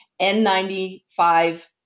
N95